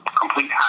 Complete